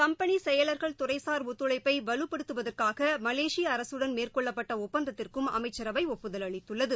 company செயலர்கள் துறைசார் ஒத்துழழப்பை வலுபடுத்துவதற்காக மலேசியா அரசுடன் மேற்கொள்ளப்பட்ட ஒப்பந்தத்திற்கும் அமைச்சரவை ஒப்புதல் அளித்துள்ளது